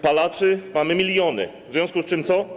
Palaczy mamy miliony, w związku z czym co?